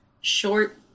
short